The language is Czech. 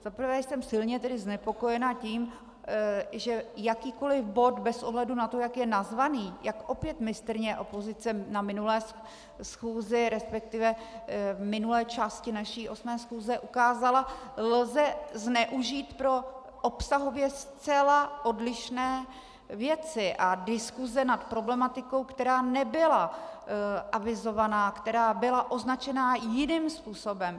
Za prvé jsem silně znepokojena tím, že jakýkoliv bod bez ohledu na to, jak je nazván, jak opět mistrně opozice na minulé schůzi, respektive v minulé části naší 8. schůze ukázala, lze zneužít pro obsahově zcela odlišné věci a diskuse nad problematikou, která nebyla avizovaná, která byla označená jiným způsobem.